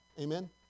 Amen